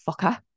fucker